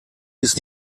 ist